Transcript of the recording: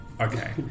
Okay